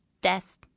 death